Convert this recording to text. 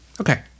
Okay